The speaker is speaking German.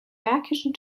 märkischen